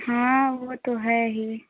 हाँ वो तो है ही